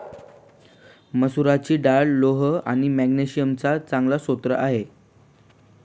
मसुराची डाळ लोह आणि मॅग्नेशिअम चा चांगला स्रोत आहे